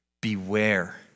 beware